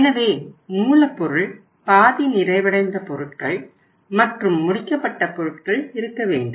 எனவே மூலப்பொருள் பாதி நிறைவடைந்த பொருட்கள் மற்றும் முடிக்கப்பட்ட பொருட்கள் இருக்க வேண்டும்